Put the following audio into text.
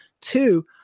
two